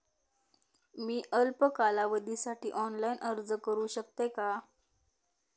मी अल्प कालावधीसाठी ऑनलाइन अर्ज करू शकते का?